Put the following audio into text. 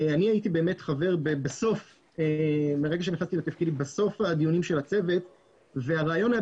אני הייתי חבר בסוף הדיונים של הצוות מרגע שנכנסתי לתפקידי.